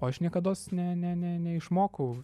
o aš niekados ne ne ne neišmokau